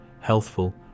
healthful